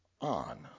on